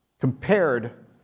compared